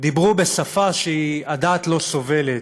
דיברו בשפה שהדעת לא סובלת.